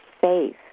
safe